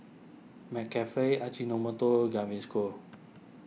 McCafe Ajinomoto Gaviscon